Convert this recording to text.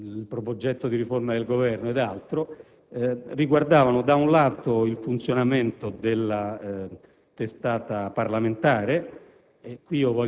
il progetto di riforma del Governo ed altro. Con riguardo al funzionamento della testata parlamentare,